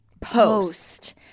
Post